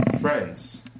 friends